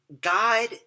God